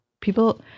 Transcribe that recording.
people